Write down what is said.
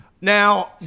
Now